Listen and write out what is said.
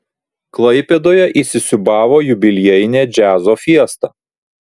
klaipėdoje įsisiūbavo jubiliejinė džiazo fiesta